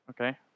Okay